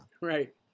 right